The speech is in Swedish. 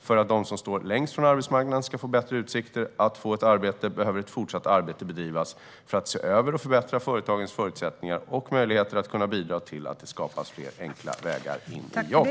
För att de som står längst från arbetsmarknaden ska få bättre utsikter att få ett arbete behöver ett fortsatt arbete bedrivas för att se över och förbättra företagens förutsättningar och möjligheter att kunna bidra till att det skapas fler enkla vägar in i jobb.